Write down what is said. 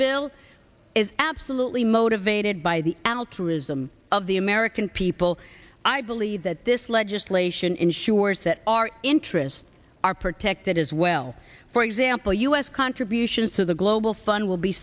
bill is absolutely motivated by the altruism of the american people i believe that this legislation ensures that our interests are protected as well for example u s contributions to the global fund will be